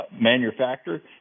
manufacturer